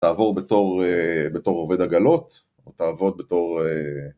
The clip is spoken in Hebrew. תעבור בתור בתור עובד עגלות, או תעבוד בתור...